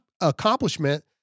accomplishment